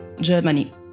Germany